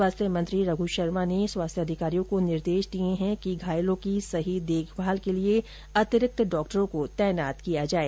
स्वास्थ्य मंत्री रघु शर्मा ने स्वास्थ्य अधिकारियों को निर्देश दिए हैं कि घायलों की सही देखभाल के लिए अतिरिक्त डॉक्टरों को तैनात किया जाए